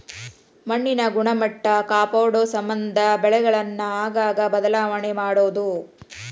ಮಣ್ಣಿನ ಗುಣಮಟ್ಟಾ ಕಾಪಾಡುಸಮಂದ ಬೆಳೆಗಳನ್ನ ಆಗಾಗ ಬದಲಾವಣೆ ಮಾಡುದು